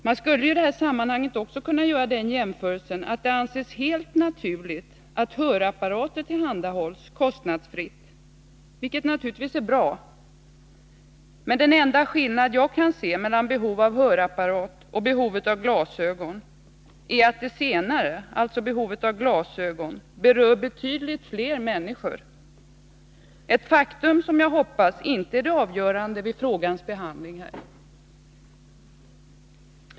Man skulle i det här sammanhanget kunna göra den jämförelsen att det anses helt naturligt att hörapparater tillhandahålls kostnadsfritt, vilket givetvis är bra. Men den enda skillnad jag kan se mellan behovet av hörapparat och behovet av glasögon är att det senare, alltså behovet av glasögon, berör betydligt fler människor, ett faktum som jag hoppas inte är det avgörande vid frågans behandling.